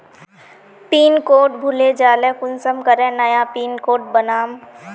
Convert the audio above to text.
Pin code भूले जाले कुंसम करे नया पिन कोड बनाम?